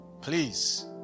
Please